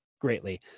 greatly